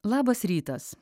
labas rytas